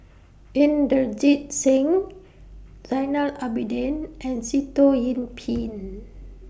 Inderjit Singh Zainal Abidin and Sitoh Yih Pin